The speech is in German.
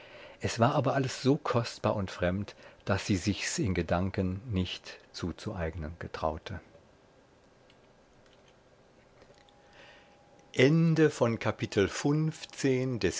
es war aber alles so kostbar und fremd daß sie sichs in gedanken nicht zuzueignen getraute